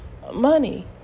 money